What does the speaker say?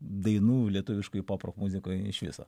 dainų lietuviškoj pop rok muzikoj iš viso